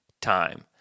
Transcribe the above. time